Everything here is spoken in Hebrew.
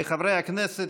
חברי הכנסת,